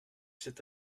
cet